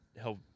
help